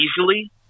easily